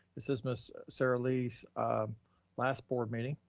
this is ms. saralee's last board meeting,